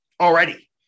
already